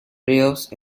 ríos